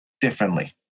differently